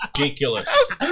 ridiculous